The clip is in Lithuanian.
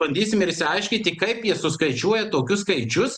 bandysim ir išsiaiškyti kaip jie suskaičiuoja tokius skaičius